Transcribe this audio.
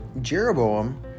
Jeroboam